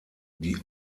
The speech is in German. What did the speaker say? die